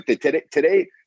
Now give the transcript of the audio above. today –